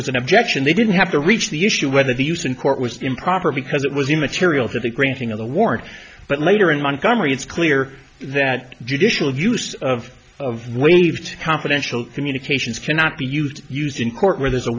was an objection they didn't have to reach the issue whether the use in court was improper because it was immaterial to the granting of the warrant but later in montgomery it's clear that judicial use of waived confidential communications cannot be used used in court where there's a